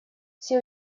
все